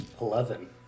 Eleven